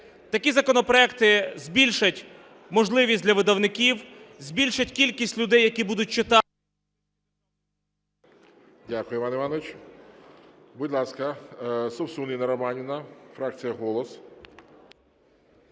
Такі законопроекти збільшать можливість для видавників, збільшать кількість людей, які будуть читати...